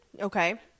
Okay